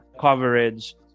coverage